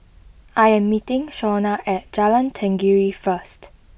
I am meeting Shawnna at Jalan Tenggiri first